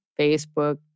Facebook